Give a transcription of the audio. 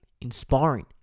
inspiring